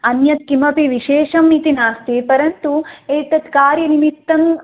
अन्यत् किमपि विशेषम् इति नास्ति परन्तु एतत् कार्यनिमित्तम्